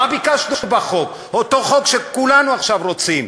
מה ביקשנו בחוק, אותו חוק שכולנו עכשיו רוצים?